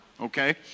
Okay